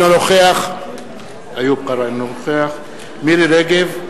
אינו נוכח מירי רגב,